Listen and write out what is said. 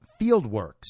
Fieldworks